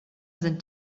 sind